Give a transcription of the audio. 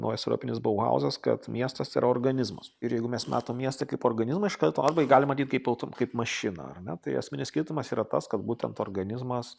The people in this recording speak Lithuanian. naujas europinis bauhauzas kad miestas tai yra organizmas ir jeigu mes matom miestą kaip organizmą iš karto galim matyt kaip auto kaip mašiną ar ne tai esminis skirtumas yra tas kad būtent organizmas